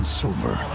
silver